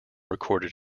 recorded